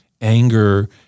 anger